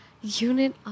unit